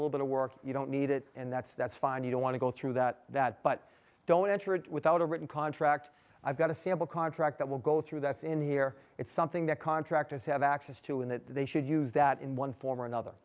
little bit of work you don't need it and that's that's fine you don't want to go through that that but don't enter it without a written contract i've got a sample contract that will go through that's in here it's something that contractors have access to and that they should use that in one form or another